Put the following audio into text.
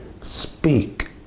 speak